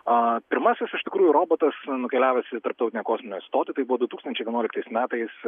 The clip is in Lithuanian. a pirmasis iš tikrųjų robotas nukeliavęs į tarptautinę kosminę stotį tai buvo du tūkstančiai vienuoliktais metais